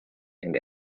and